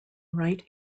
write